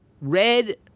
red